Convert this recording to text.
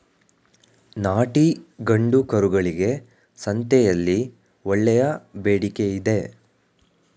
ನಾಟಿ ಗಂಡು ಕರುಗಳಿಗೆ ಸಂತೆಯಲ್ಲಿ ಒಳ್ಳೆಯ ಬೇಡಿಕೆಯಿದೆ